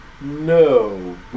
No